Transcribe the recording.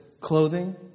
Clothing